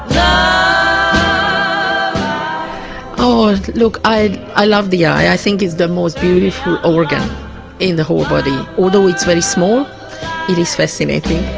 um oh look, i i love the eye, i think it's the most beautiful organ in the whole body. although it's very small it is fascinating.